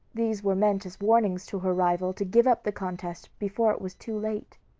these were meant as warnings to her rival to give up the contest before it was too late.